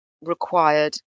required